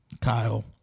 Kyle